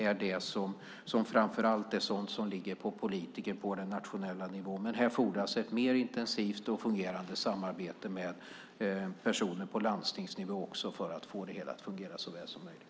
Det är sådant som framför allt ligger på politiker på den nationella nivån. Men här fordras också ett mer intensivt och fungerande samarbete med politiker på landstingsnivå för att få det att fungera så väl som möjligt.